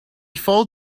fold